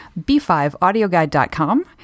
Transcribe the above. b5audioguide.com